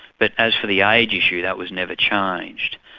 but as for the age issue, that was never changed.